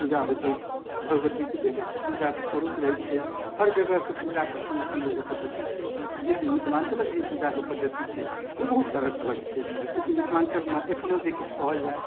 पूजा होइत अछि भगवतीके विशिष्ट पूजाके स्वरूप रहै छै हर जगहके पूजाके अपन अपन एगो पद्धति छै लेकिन मिथिलाञ्चलके जे पूजाके जे पद्धति छै ओ बहुत तरहके अलग छै चूँकि मिथिलाञ्चलमे एखनो जे किछु कहल जाए